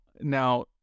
now